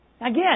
Again